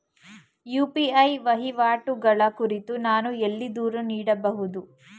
UPI ವಹಿವಾಟುಗಳ ಕುರಿತು ನಾನು ಎಲ್ಲಿ ದೂರು ನೀಡಬಹುದು?